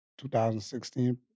2016